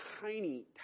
tiny